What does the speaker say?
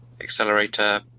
accelerator